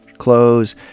clothes